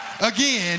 Again